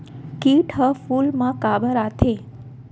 किट ह फूल मा काबर आथे?